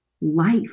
life